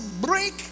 break